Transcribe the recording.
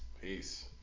Peace